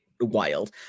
wild